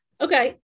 Okay